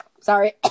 sorry